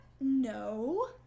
No